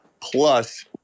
Plus